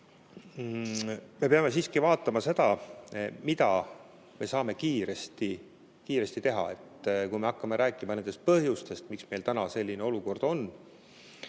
me peame siiski vaatama seda, mida me saame kiiresti teha. Kui me hakkame rääkima põhjustest, miks meil täna selline olukord on,